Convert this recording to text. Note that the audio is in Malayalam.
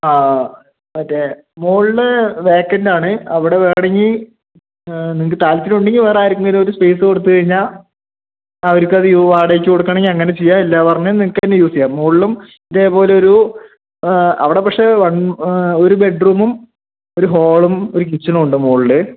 ആ മറ്റെ മുകളിൽ വേക്കൻറ് ആണ് അവിടെ വേണമെങ്കിൽ നിങ്ങൾക്ക് താല്പര്യം ഉണ്ടെങ്കിൽ വേറാരെക്കെങ്കിലും ഒരു സ്പേസ് കൊടുത്തു കഴിഞ്ഞാൽ അവർക്കത് വാടകക്ക് കൊടുക്കണെങ്കിൽ അങ്ങനെ ചെയ്യാം ഇല്ലാ പറഞ്ഞാൽ നിങ്ങൾക്ക് തന്നെ യൂസ് ചെയ്യാം മുകളിലും ഇതേപോലെ ഒരു അവിടെ പക്ഷെ വൺ ഒരു ബെഡ്റൂമും ഒരു ഹാളും ഒരു കിച്ചനും ഉണ്ട് മുകളിൽ